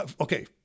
okay